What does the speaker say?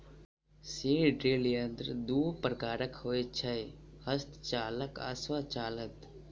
seed drill यंत्र दू प्रकारक होइत छै, हस्तचालित आ स्वचालित